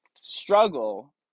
struggle